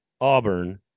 Auburn